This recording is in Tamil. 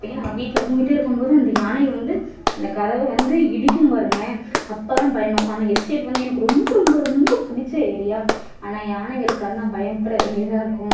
அப்போயும் நாங்கள் வீட்டில் தூங்கிட்டே இருக்கும் போது அந்த யானைங்க வந்து அந்த கதவை வந்து இடிக்கும் பாருங்களேன் அப்போ தான் பயமாக இருக்கும் ஆனா எஸ்டேட் வந்து எனக்கு ரொம்ப ரொம்ப ரொம்ப பிடிச்ச ஏரியா ஆனா யானைங்களுக்கு பயப்பட வேண்டியதாக இருக்கும்